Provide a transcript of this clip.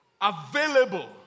available